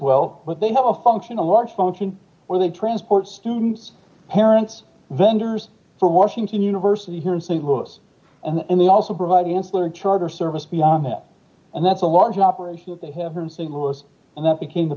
well but they have a function a large function where they transport students parents vendors for washington university here in st louis and they also provide ancillary charter service beyond that and that's a large operation that they haven't seen with us and that became the